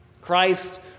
Christ